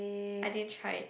I didn't try it